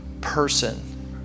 person